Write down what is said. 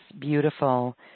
beautiful